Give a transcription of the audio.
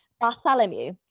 bartholomew